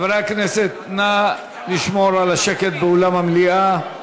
חברי הכנסת, נא לשמור על השקט באולם המליאה.